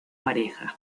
pareja